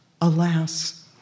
alas